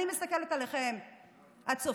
אני מסתכלת עליכם, הצופים.